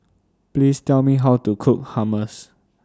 Please Tell Me How to Cook Hummus